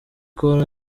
col